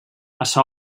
açò